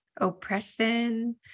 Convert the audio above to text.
oppression